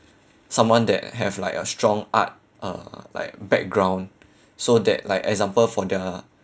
someone that have like a strong art uh like background so that like example for the